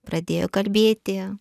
pradėjo kalbėti